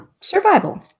Survival